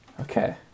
Okay